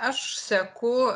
aš seku